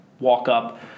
Walkup